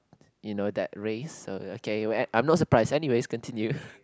you know that race uh okay I'm not surprise anyways continue